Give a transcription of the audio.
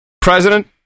President